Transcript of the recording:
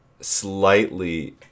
Slightly